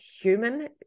human